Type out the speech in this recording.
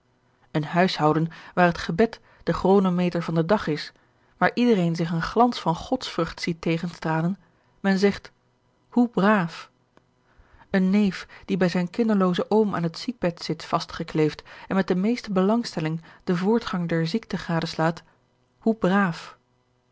een huishouden waar het gebed de chronometer van den dag is waar iedereen zich een glans van godsvrucht ziet tegenstralen men zegt hoe braaf een neef die bij zijn kinderloozen oom aan het ziekbed zit vastgekleefd en met de meeste belangstelling den voortgang der ziekte gadeslaat hoe braaf